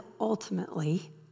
ultimately